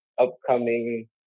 upcoming